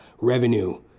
revenue